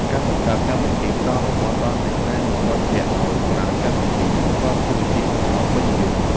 ការបង្កើតកម្មវិធីផ្តល់រង្វាន់ដល់អ្នកណែនាំមិត្តភក្តិឱ្យប្រើកម្មវិធីក៏ជាវិធីសាស្ត្រដ៏ពេញនិយម។